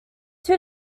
two